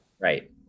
Right